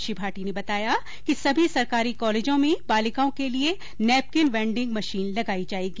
श्री भाटी ने बताया कि सभी सरकारी कॉलेजों में बालिकाओं के लिये नेपकिन वेंडिंग मशीन लगाई जायेगी